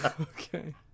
Okay